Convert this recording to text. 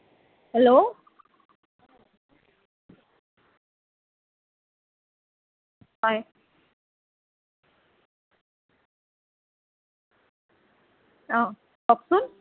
hello হয় অঁ কওকচোন